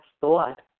thought